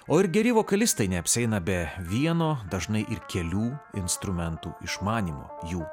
o ir geri vokalistai neapsieina be vieno dažnai ir kelių instrumentų išmanymo jų